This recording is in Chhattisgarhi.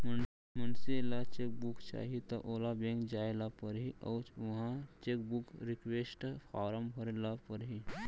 मनसे ल चेक बुक चाही त ओला बेंक जाय ल परही अउ उहॉं चेकबूक रिक्वेस्ट फारम भरे ल परही